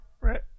Right